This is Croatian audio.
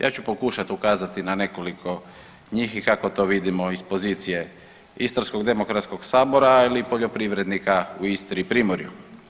Ja ću pokušati ukazati na nekoliko njih i kako to vidimo iz pozicije Istarskog demokratskog sabora ili poljoprivrednika u Istri i primorju.